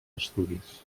estudis